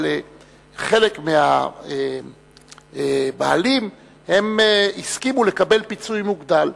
אבל חלק מהבעלים הסכימו לקבל פיצוי מוגדל.